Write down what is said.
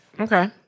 Okay